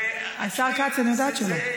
אני יודעת שלא,